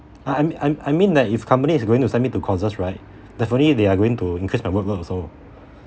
I I'm I'm I mean that if company is going to send me to courses right definitely they are going to increase my workload also